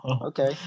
okay